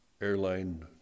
airline